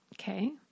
Okay